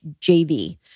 JV